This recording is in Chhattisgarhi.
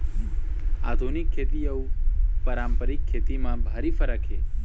आधुनिक खेती अउ पारंपरिक खेती म भारी फरक हे